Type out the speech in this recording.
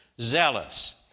zealous